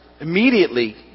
immediately